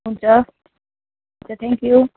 हुन्छ हुन्छ thank you